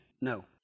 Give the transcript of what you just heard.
no